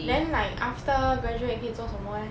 then like after graduate 可以做什么 leh